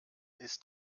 ist